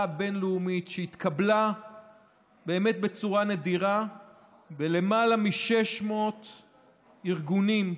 בין-לאומית שהתקבלה באמת בצורה נדירה בלמעלה מ-600 ארגונים,